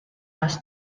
ask